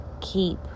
keep